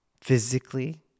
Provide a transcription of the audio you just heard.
physically